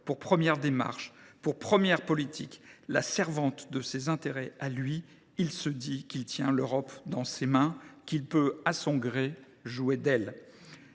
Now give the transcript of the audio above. pour première démarche, pour première politique, la servante de ses intérêts à lui, il se dit qu’il tient l’Europe dans ses mains, qu’il peut, à son gré, jouer d’elle.